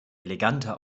eleganter